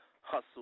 Hustle